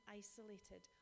isolated